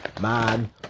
Man